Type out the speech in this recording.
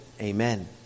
Amen